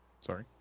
Sorry